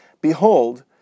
Behold